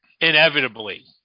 inevitably